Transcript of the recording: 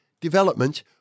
development